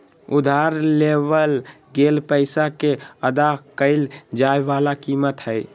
उधार लेवल गेल पैसा के अदा कइल जाय वला कीमत हइ